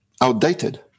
outdated